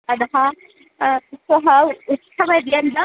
अधः सः उत्सवपर्यन्तम्